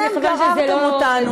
אתם גררתם אותנו,